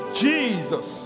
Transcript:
jesus